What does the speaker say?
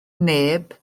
neb